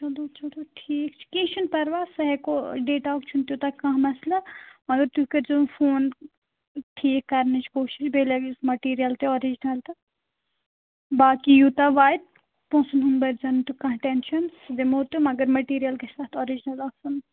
چلو چلو ٹھیٖک چھُ کیٚنٛہہ چھُنہٕ پَرواے سُہ ہٮ۪کو ڈیٹا ہُک چھُنہٕ تیٛوٗتاہ کانٛہہ مَسلہٕ مگر تُہۍ کٔرۍزِہون فون ٹھیٖک کَرنٕچ کوٗشِش بیٚیہِ لٲگۍہوٗس میٹیٖریَل تہِ اورِجنَل تہٕ باقٕے یوٗتاہ واتہِ پونٛسَن ہُنٛد بٔرۍزٮ۪و نہٕ کانٛہہ ٹٮ۪نشَن سُہ دِمہو تہٕ مگر میٹیٖریَل گژھِ اَتھ آرجِنَل آسُن